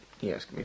Yes